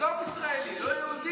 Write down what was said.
עזוב ישראלי, זה לא יהודי